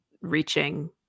reaching